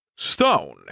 Stone